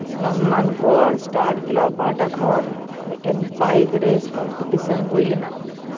ᱚᱱᱟ ᱢᱟᱱᱠᱚᱲ star club ᱯᱟᱦᱴᱟ ᱠᱷᱚᱱ ᱢᱤᱫᱴᱮᱱ ᱵᱟᱭᱤᱠ ᱨᱮᱥ ᱠᱚᱢᱯᱤᱴᱤᱥᱮᱱ ᱦᱩᱭ ᱞᱮᱱᱟ